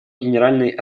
генеральной